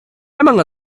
among